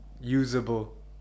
usable